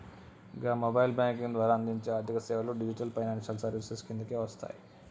గా mobile banking ద్వారా అందించే ఆర్థికసేవలు డిజిటల్ ఫైనాన్షియల్ సర్వీసెస్ కిందకే వస్తయి